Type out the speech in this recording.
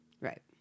Right